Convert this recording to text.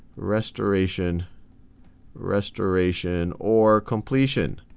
restoration restoration or completion.